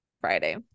Friday